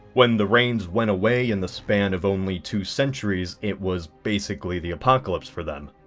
when the rains went away in the span of only two centuries it was basically the apocalypse for them.